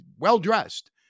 well-dressed